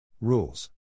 Rules